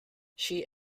she